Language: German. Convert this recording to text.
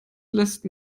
lässt